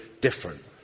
different